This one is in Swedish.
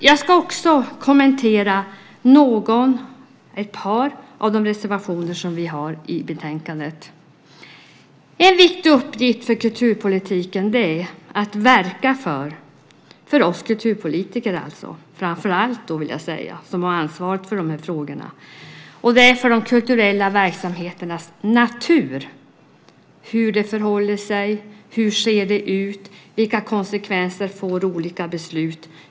Jag ska också kommentera ett par av de reservationer som vi har i betänkandet. En viktig uppgift för kulturpolitiken - framför allt för oss kulturpolitiker som har ansvaret för dessa frågor - är att verka för de kulturella verksamheternas natur. Hur förhåller det sig? Hur ser det ut? Vilka konsekvenser får de olika besluten?